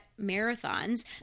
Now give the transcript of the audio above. marathons